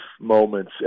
moments